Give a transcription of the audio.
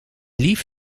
lief